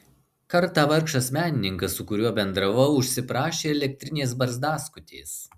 kartą vargšas menininkas su kuriuo bendravau užsiprašė elektrinės barzdaskutės